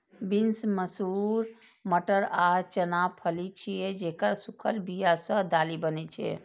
beans, मसूर, मटर आ चना फली छियै, जेकर सूखल बिया सं दालि बनै छै